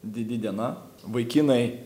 didi diena vaikinai